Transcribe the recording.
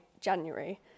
January